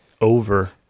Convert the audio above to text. over